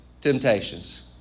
temptations